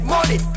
Money